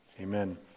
amen